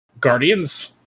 Guardian's